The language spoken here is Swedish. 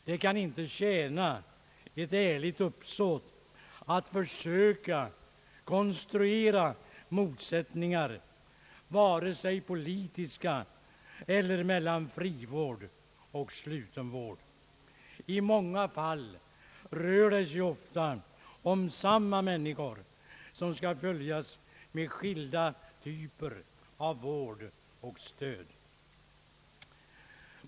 Det kan inte tjäna ett ärligt uppsåt att försöka konstruera vare sig politiska motsättningar eller motsättningar mellan frivård och sluten vård. I många fall rör det sig ofta om samma människor, som skall följas med skilda typer av vård och stöd.